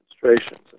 demonstrations